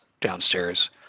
downstairs